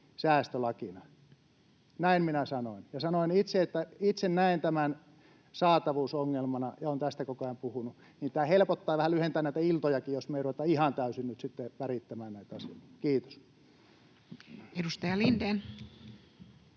säästölakina. Näin minä sanoin ja sanoin, että itse näen tämän saatavuusongelmana, ja olen tästä koko ajan puhunut. Tämä helpottaa tai lyhentää näitä iltojakin, jos me ei ruveta ihan täysin nyt värittämään näitä asioita. — Kiitos. [Speech